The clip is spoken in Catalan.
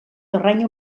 terreny